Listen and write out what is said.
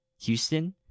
Houston